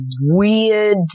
weird